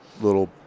little